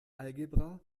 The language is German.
algebra